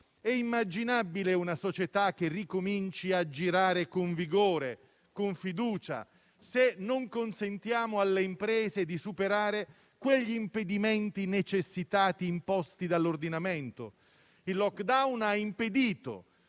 È immaginabile una società che ricominci a girare con vigore e fiducia, se non consentiamo alle imprese di superare quegli impedimenti necessitati e imposti dall'ordinamento? Il *lockdown* ha